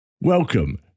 Welcome